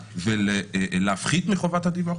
אני לא אעלה שום טענה אם באותה מידה שאתה תבקש דיווח בחוקים האחרים